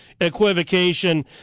equivocation